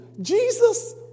Jesus